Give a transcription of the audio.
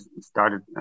started